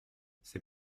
c’est